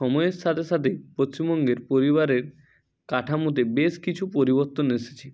সময়ের সাথে সাথে পশ্চিমবঙ্গের পরিবারের কাঠামোতে বেশ কিছু পরিবর্তন এসেছে